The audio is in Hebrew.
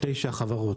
תשע החברות.